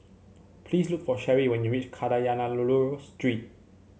please look for Cheri when you reach Kadayanallur Street